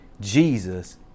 Jesus